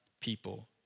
people